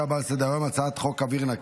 (תיקון,